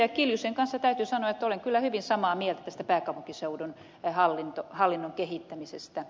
kiljusen kanssa täytyy sanoa olen kyllä hyvin samaa mieltä tästä pääkaupunkiseudun hallinnon kehittämisestä